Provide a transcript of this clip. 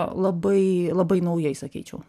labai labai naujai sakyčiau